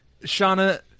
Shauna